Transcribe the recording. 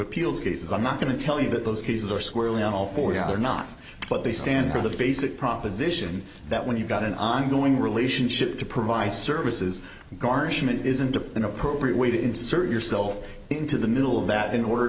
appeals cases i'm not going to tell you that those cases are squarely at all for the other not but they stand for the basic proposition that when you've got an ongoing relationship to provide services garnishment isn't a inappropriate way to insert yourself into the middle that in order